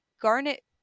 garnet